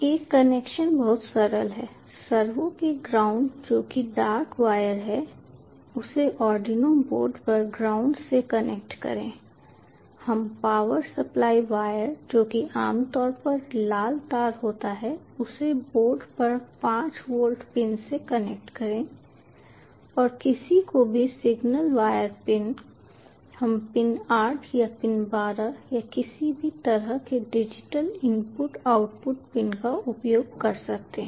एक कनेक्शन बहुत सरल है सर्वो के ग्राउंड जो कि डार्क वायर है उसे आर्डिनो बोर्ड पर ग्राउंड से कनेक्ट करें हम पावर सप्लाई वायर जो कि आम तौर पर लाल तार होता है उसे बोर्ड पर 5 वोल्ट पिन से कनेक्ट करें और किसी को भी सिग्नल वायर पिन हम पिन 8 या पिन 12 या किसी भी तरह के डिजिटल इनपुट आउटपुट पिन का उपयोग कर सकते हैं